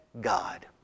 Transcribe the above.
God